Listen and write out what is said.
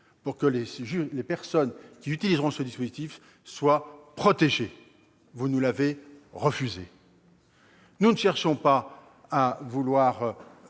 afin que les personnes qui utiliseront ce dispositif soient protégées. Vous nous l'avez refusé ! Nous ne refusons pas toute